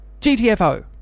GTFO